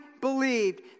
believed